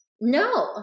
No